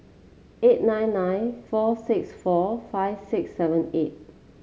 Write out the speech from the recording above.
eight nine nine four six four five six seven eight